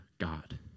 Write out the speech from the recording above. God